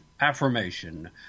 affirmation